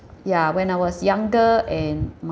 ya when I was younger and